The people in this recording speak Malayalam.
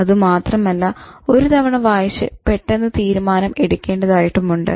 അതുമാത്രമല്ല ഒരു തവണ വായിച്ച് പെട്ടെന്ന് തീരുമാനം എടുക്കേണ്ടതായിട്ടും ഉണ്ട്